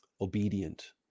obedient